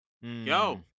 Yo